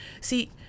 see